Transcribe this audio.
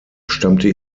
stammte